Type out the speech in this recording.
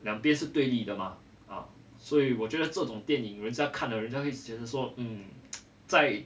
两边是对立的嘛啊所以我觉得这种电影人家看了人家会觉得说嗯再